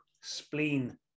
spleen